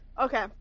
Okay